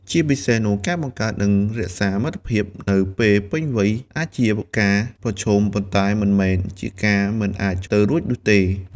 ជាពិសេសនោះ ការបង្កើត និងរក្សាមិត្តភាពនៅពេលពេញវ័យអាចជាការប្រឈម ប៉ុន្តែមិនមែនជាការមិនអាចទៅរួចនោះទេ។